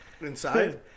Inside